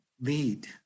lead